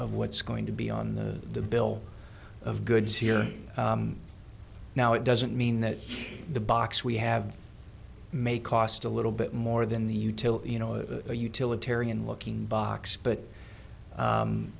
of what's going to be on the the bill of goods here now it doesn't mean that the box we have may cost a little bit more than the utility you know a utilitarian looking box but